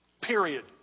Period